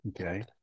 Okay